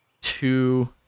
two